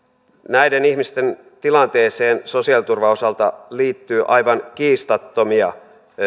näiden ihmisten tilanteeseen sosiaaliturvan osalta liittyy aivan kiistattomia